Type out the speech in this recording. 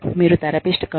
మీరు therapist car